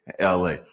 LA